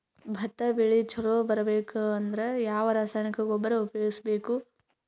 ಭತ್ತ ಬೆಳಿ ಚಲೋ ಬರಬೇಕು ಅಂದ್ರ ಯಾವ ರಾಸಾಯನಿಕ ಗೊಬ್ಬರ ಉಪಯೋಗಿಸ ಬೇಕು?